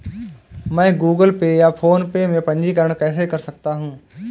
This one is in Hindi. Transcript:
मैं गूगल पे या फोनपे में पंजीकरण कैसे कर सकता हूँ?